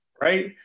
Right